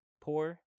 Poor